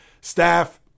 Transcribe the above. staff